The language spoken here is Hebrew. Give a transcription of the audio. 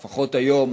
לפחות היום,